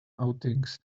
outings